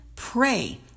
Pray